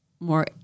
More